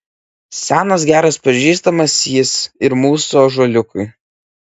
senas geras pažįstamas jis ir mūsų ąžuoliukui